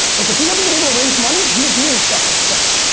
like if you haven't been able to raise money, you really fuckin' suck